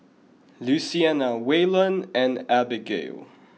Luciana Waylon and Abigayle